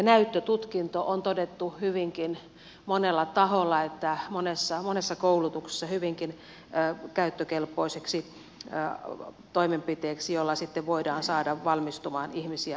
näyttötutkinto on todettu hyvinkin monella taholla monessa koulutuksessa hyvinkin käyttökelpoiseksi toimenpiteeksi jolla sitten voidaan saada valmistumaan ihmisiä ammatteihin